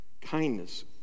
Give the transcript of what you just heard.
kindness